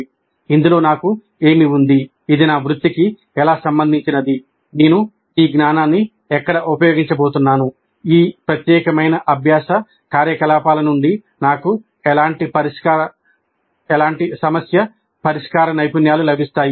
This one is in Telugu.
' 'ఇందులో నాకు ఏమి ఉంది ఇది నా వృత్తికి ఎలా సంబంధించినది నేను ఈ జ్ఞానాన్ని ఎక్కడ ఉపయోగించబోతున్నాను ఈ ప్రత్యేకమైన అభ్యాస కార్యకలాపాల నుండి నాకు ఎలాంటి సమస్య పరిష్కార నైపుణ్యాలు లభిస్తాయి